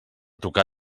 tocar